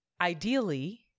Ideally